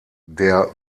der